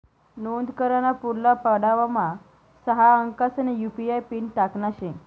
नोंद कराना पुढला पडावमा सहा अंकसना यु.पी.आय पिन टाकना शे